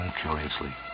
curiously